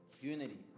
unity